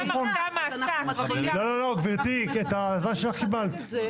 לא, לא, גברתי, את הזמן שלך קיבלת.